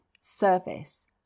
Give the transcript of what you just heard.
service